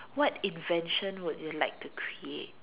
what invention would you like to create